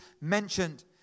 mentioned